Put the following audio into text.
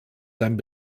seinen